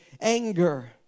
anger